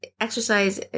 exercise